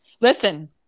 Listen